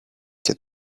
και